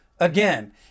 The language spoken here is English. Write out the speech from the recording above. Again